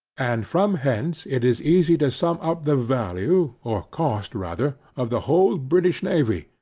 and from hence it is easy to sum up the value, or cost rather, of the whole british navy,